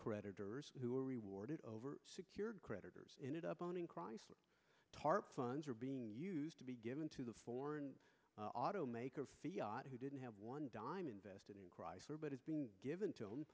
creditors who were rewarded over secured creditors ended up owning chrysler tarp funds are being given to the foreign automakers who didn't have one dime invested in chrysler but it's been given to